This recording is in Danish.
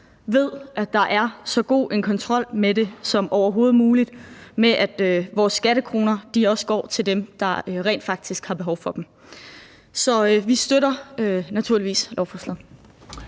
ved, at der er så god en kontrol med det som overhovedet muligt, altså med at vores skattekroner også går til dem, der rent faktisk har behov for dem. Så vi støtter naturligvis lovforslaget.